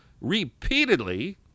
repeatedly